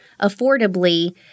affordably